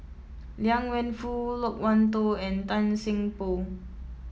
Liang Wenfu Loke Wan Tho and Tan Seng Poh